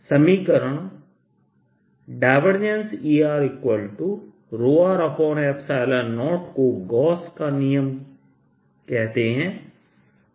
समीकरण Er0 को Gauss का नियमGauss's Law कहते हैं